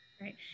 Right